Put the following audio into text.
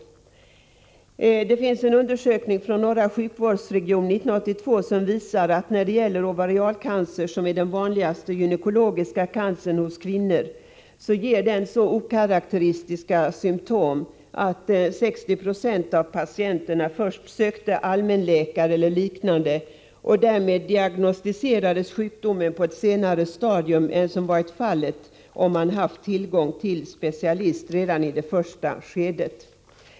En undersökning 1982 från norra sjukvårdsregionen visar att ovarialcancer, som är den vanligaste gynekologiska cancern hos kvinnor, ger så okarakteristiska symtom att 60 26 av de patienter som ingick i undersökningen först sökte allmänläkare eller liknande. Därmed diagnosticerades sjukdomen på ett senare stadium än som hade varit fallet om patienterna haft tillgång till specialist redan i det första skedet.